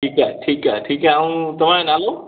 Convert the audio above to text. ठीकु आहे ठीकु आहे ठीकु आहे ऐं तव्हांजो नालो